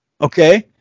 Okay